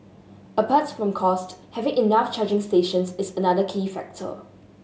apart from cost having enough charging stations is another key factor